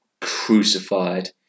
crucified